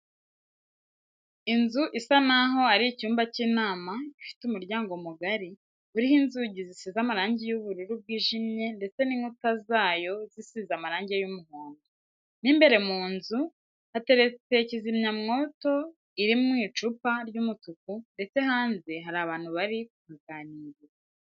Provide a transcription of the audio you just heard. Inzu isa n'aho ari icyumba cy'inama ifite umuryango mugari, uriho inzugi zisize amarange y'ubururu bwijimye ndetse inkuta zayo zisize amarange y'umuhondo. Mo imbere mu nzu hateretse kizimyamwoto iri mu icupa ry'umutuku ndetse hanze hari abantu bari kuhaganirira.